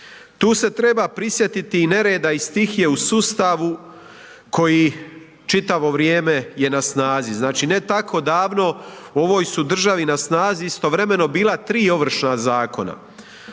Tu se treba prisjetiti i nereda i stihije u sustavu koji čitavo vrijeme je na snazi. Znači ne tako davno u ovoj su državi na snazi istovremeno bila 3 Ovršna zakona,